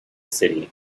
city